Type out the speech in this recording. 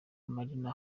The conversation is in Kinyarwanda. marina